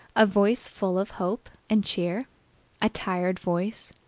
a voice full of hope and cheer a tired voice,